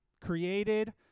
created